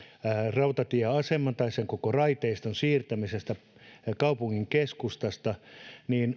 rautatieaseman sen koko raiteiston siirtämiseksi kaupungin keskustasta niin